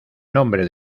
nombre